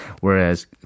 Whereas